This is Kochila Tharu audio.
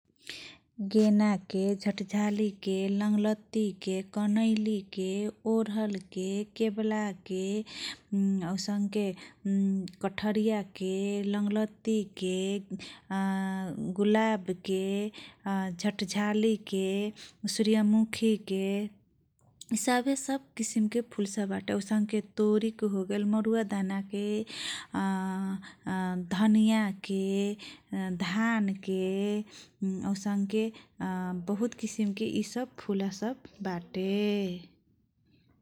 गेन के झटझली के लनगल्ती के कनाइल के कबल के ओढ़ के आउंसक के ऊ आउसङ्के आ गुलाब आ झट झटजहली के । सुराय मुखी के सब सब किसिम के फूल सब बा तोरी के धनिया के धन के आउंसके बहुत किस्म के ए सब फूल सब बाती ।